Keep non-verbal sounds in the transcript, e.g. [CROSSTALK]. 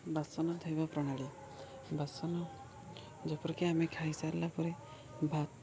ବାସନ ଥୋଇବା ପ୍ରଣାଳୀ ବାସନ ଯେପରିକି ଆମେ ଖାଇସାରିଲା ପରେ [UNINTELLIGIBLE]